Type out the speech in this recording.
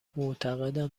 معتقدم